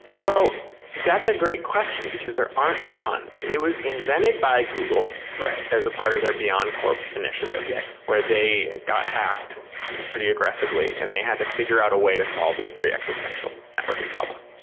well, that's a great question, because there aren't a ton. it was invented by google as a part of their beyondcorp initiative, where they got hacked pretty aggressively and they had to figure out a way to solve this very existential networking problem.